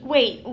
Wait